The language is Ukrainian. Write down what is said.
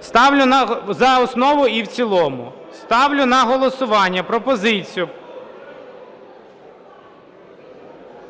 Ставлю за основу і в цілому… ставлю на голосування пропозицію… (Шум